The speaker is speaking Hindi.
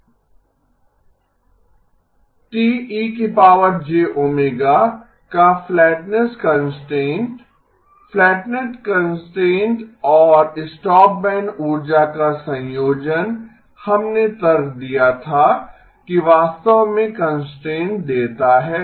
T e jω का फ्लैटनेस कंस्ट्रेंट फ्लैटनेस कंस्ट्रेंट और स्टॉपबैंड ऊर्जा का संयोजन हमने तर्क दिया था कि वास्तव मे कंस्ट्रेंट देता है